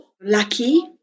lucky